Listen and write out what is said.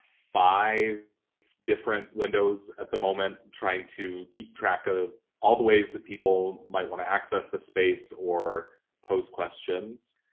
five different windows at the moment, trying to keep track of all the ways that people might wanna access the space or post questions.